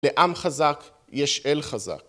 לעם חזק יש אל חזק.